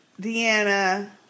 Deanna